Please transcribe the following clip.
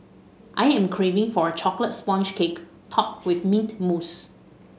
I am craving for a chocolate sponge cake topped with mint mousse